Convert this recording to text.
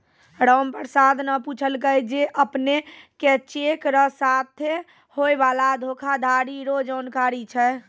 रामप्रसाद न पूछलकै जे अपने के चेक र साथे होय वाला धोखाधरी रो जानकारी छै?